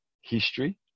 history